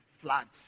floods